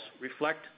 reflect